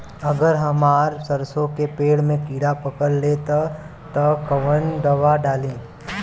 अगर हमार सरसो के पेड़ में किड़ा पकड़ ले ता तऽ कवन दावा डालि?